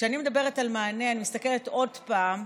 כשאני מדברת על מענה, אני מסתכלת עוד פעם,